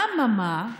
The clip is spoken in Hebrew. אממה,